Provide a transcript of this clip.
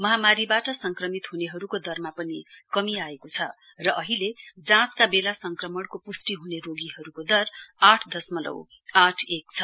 महामारीबाट संक्रमित ह्नेहरूको दरमा पनि कमी आएको छ र अहिले जाँचका बेला संक्रमणको पुष्टिह्ने रोगीहरूको दर आठ दशमलउ आठ एक हो